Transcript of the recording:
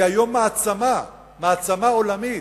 היא היום מעצמה, מעצמה עולמית.